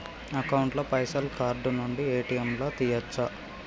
Account ల పైసల్ card నుండి ఏ.టి.ఎమ్ లా తియ్యచ్చా?